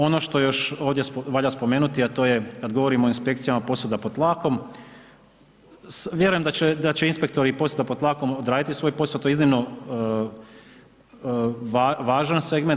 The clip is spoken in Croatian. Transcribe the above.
Ono što još ovdje valja spomenuti a to je kad govorimo o inspekcijama posuda pod tlakom, vjerujem da će inspektori i posuda pod tlakom odraditi svoj posao, to je iznimno važan segment.